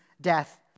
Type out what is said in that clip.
death